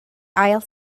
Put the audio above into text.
ail